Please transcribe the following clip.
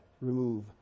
remove